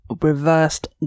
Reversed